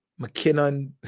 McKinnon